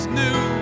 new